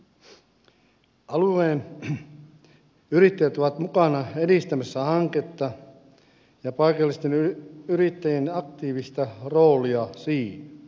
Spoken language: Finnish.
alueen yrittäjät ovat mukana edistämässä hanketta ja paikallisten yrittäjien aktiivista roolia siihen